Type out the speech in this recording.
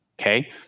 Okay